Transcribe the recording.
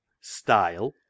style